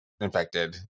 infected